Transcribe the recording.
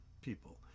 people